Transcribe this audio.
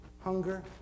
hunger